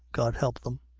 god help them.